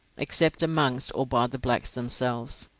except amongst or by the blacks themselves.